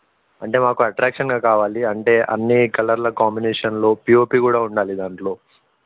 అంటే మాకు అట్రాక్షన్గా కావాలి అంటే అన్నీ కలర్ల కాంబినేషన్లో పీఓపీ కూడా ఉండాలి దాంట్లో